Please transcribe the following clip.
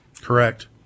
Correct